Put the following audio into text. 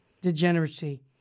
degeneracy